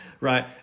right